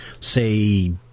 say